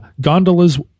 gondolas